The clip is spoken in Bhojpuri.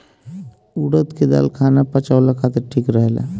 उड़द के दाल खाना पचावला खातिर ठीक रहेला